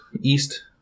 east